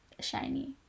Shiny